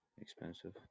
expensive